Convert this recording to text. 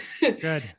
Good